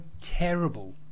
terrible